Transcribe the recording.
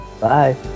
Bye